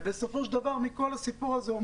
בסופו של דבר מכל הסיפור הזה הוא